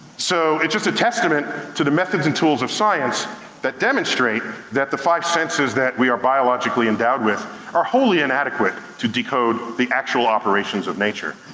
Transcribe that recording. so, it's just a testament to the methods and tools of science that demonstrate that the five senses that we are biologically endowed with are wholly inadequate to decode the actual operations of nature.